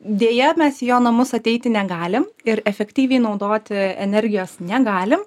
deja mes į jo namus ateiti negalim ir efektyviai naudoti energijos negalim